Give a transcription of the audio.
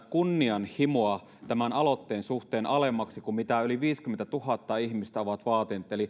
kunnianhimoa tämän aloitteen suhteen alemmaksi kuin mitä yli viisikymmentätuhatta ihmistä on vaatinut